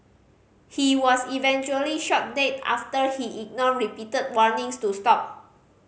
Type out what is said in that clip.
he was eventually shot dead after he ignored repeated warnings to stop